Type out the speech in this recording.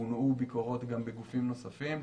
הונעו ביקורות בגופים נוספים.